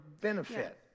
benefit